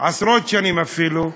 עשרות שנים אפילו,